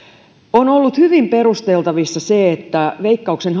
on ollut hyvin perusteltavissa se että veikkauksen